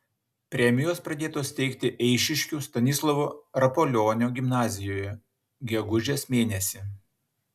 premijos pradėtos teikti eišiškių stanislovo rapolionio gimnazijoje gegužės mėnesį